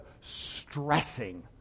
stressing